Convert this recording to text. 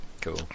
Cool